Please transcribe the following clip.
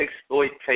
exploitation